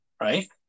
right